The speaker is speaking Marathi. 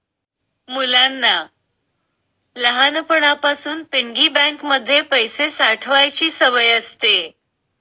मुलांना लहानपणापासून पिगी बँक मध्ये पैसे साठवायची सवय असते